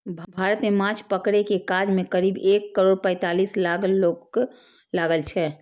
भारत मे माछ पकड़ै के काज मे करीब एक करोड़ पैंतालीस लाख लोक लागल छै